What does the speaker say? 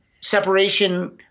separation